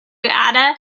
ada